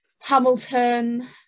Hamilton